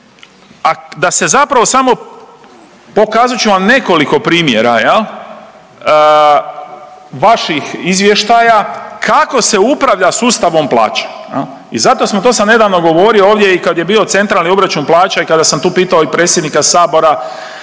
A da se zapravo samo pokazat ću vam nekoliko primjera vaših izvještaja kako se upravlja sustavom plaća i zato smo to sam nedavno govorio ovdje i kad je bio centrali obračun plaća i kada sam tu pitao i predsjednika Sabora